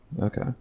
Okay